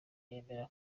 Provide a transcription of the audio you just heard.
yemera